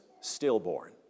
stillborn